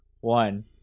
one